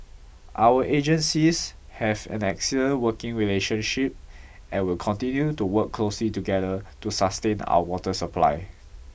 our agencies have an excellent working relationship and will continue to work closely together to sustain our water supply